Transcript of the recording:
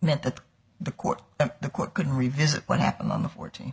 meant that the court and the court could revisit what happened on the fourteenth